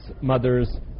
mother's